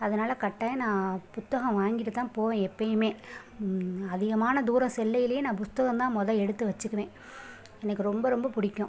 அதனால் கட்டாயம் நான் புத்தகம் வாங்கிட்டு தான் போவேன் எப்பவுமே அதிகமான தூரம் செல்கையிலேயே நான் புத்தகம் தான் மொதல்ல எடுத்து வச்சிக்குவேன் எனக்கு ரொம்ப ரொம்ப பிடிக்கும்